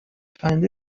find